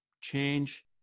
change